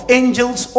angels